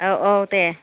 औ औ दे